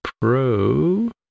pro